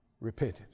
repented